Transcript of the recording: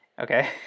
okay